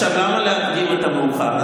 למה להקדים את המאוחר?